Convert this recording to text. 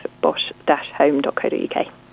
bosch-home.co.uk